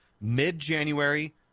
mid-January